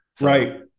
right